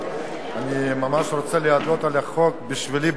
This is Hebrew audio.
אני ממש רוצה להודות על העברת החוק שבשבילי,